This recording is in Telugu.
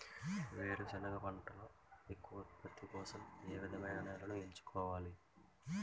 వేరుసెనగ పంటలో ఎక్కువ ఉత్పత్తి కోసం ఏ విధమైన నేలను ఎంచుకోవాలి?